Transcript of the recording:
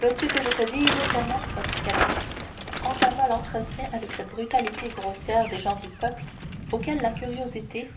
veux-tu que je te dise fernand reprit caderousse entamant l'entretien avec cette brutalité grossière des gens du peuple auxquels la curiosité